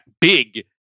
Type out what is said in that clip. big